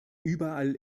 überall